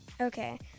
Okay